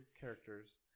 characters